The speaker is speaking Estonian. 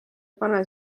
pane